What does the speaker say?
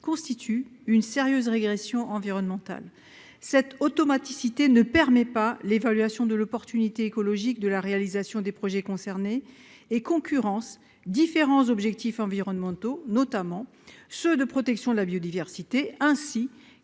constitue une sérieuse régression environnementale. Cette automaticité ne permet pas l'évaluation de l'opportunité écologique de la réalisation des projets concernés et concurrence différents objectifs environnementaux, notamment ceux de protection de la biodiversité, ainsi que les objectifs de développement